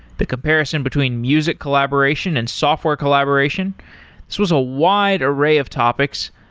the comparison between music collaboration and software collaboration. this was a wide array of topics,